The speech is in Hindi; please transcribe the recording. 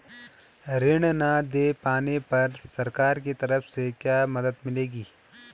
ऋण न दें पाने पर सरकार की तरफ से क्या मदद मिलेगी?